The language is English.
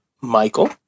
Michael